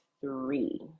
three